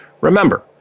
remember